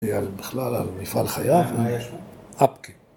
‫בכלל, על מפעל חייו? ‫-מה יש? ‫-אבקה.